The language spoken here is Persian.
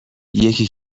یکی